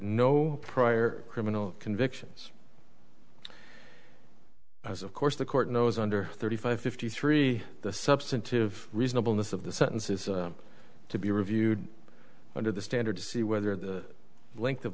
no prior criminal convictions as of course the court knows under thirty five fifty three the substantive reasonable miss of the sentence is to be reviewed under the standard to see whether the length of